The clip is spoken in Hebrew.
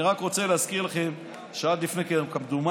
אני רק רוצה להזכיר לכם שעד לפני שנתיים,